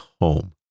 home